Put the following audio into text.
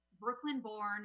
Brooklyn-born